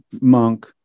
monk